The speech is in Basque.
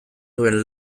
duen